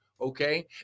Okay